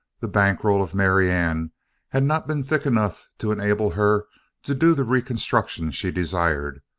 the bank roll of marianne had not been thick enough to enable her to do the reconstruction she desired,